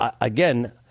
again